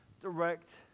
direct